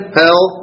hell